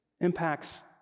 impacts